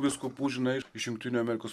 vyskupų žinai iš jungtinių amerikos